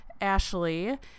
ashley